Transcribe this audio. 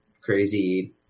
crazy